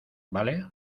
vale